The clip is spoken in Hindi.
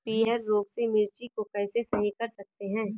पीहर रोग से मिर्ची को कैसे सही कर सकते हैं?